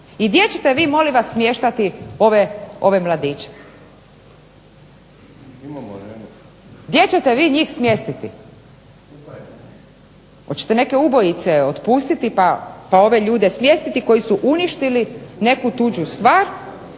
I gdje ćete vi molim vas smještati ove mladiće? Gdje ćete vi njih smjestiti? Hoćete neke ubojice otpustiti pa ove ljude smjestiti koji su uništili neku tuđu stvar.